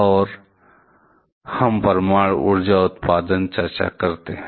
और अब हम परमाणु ऊर्जा उत्पादन चर्चा करते हैं